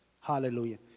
Hallelujah